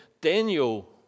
Daniel